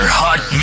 hot